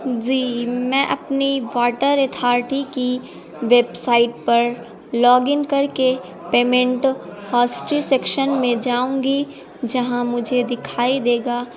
جی میں اپنی water authority کی ویب سائٹ پر لاگ ان کر کے پیمنٹ ہاسٹری سیکشن میں جاؤں گی جہاں مجھے دکھائی دے گا